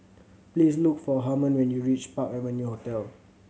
please look for Harmon when you reach Park Avenue Hotel